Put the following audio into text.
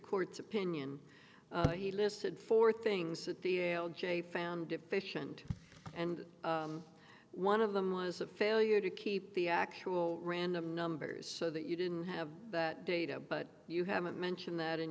court's opinion he listed four things that the ail j found deficient and one of them was a failure to keep the actual random numbers so that you didn't have that data but you haven't mentioned that